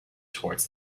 towards